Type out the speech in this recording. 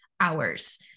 hours